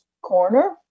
corner